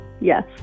Yes